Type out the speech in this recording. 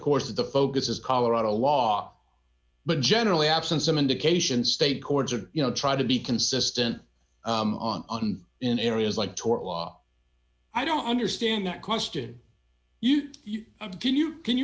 course the focus is colorado law but generally absent some indication state courts are you know try to be consistent on in areas like torah law i don't understand that question you can you can you